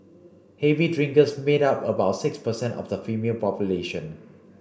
heavy drinkers made up about six percent of the female population